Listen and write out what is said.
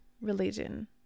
religion